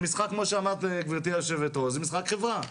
כמו שאמרת גברתי היושבת-ראש, זה משחק חברה.